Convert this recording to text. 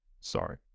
Sorry